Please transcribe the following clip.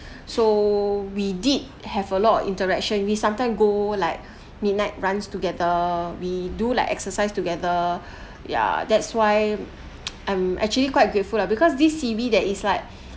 so we did have a lot of interaction we sometime go like midnight runs together we do like exercise together ya that's why I'm actually quite grateful lah because this C_B that is like